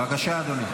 בבקשה, אדוני.